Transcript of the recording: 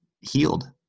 healed